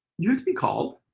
you're to be called?